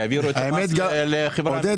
יעבירו את המס לחברה --- עודד,